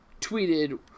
tweeted